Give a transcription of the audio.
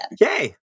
Yay